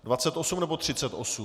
Dvacet osm, nebo třicet osm?